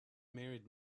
married